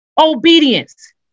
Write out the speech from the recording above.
Obedience